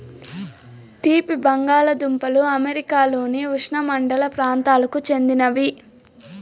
తీపి బంగాలదుంపలు అమెరికాలోని ఉష్ణమండల ప్రాంతాలకు చెందినది